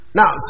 now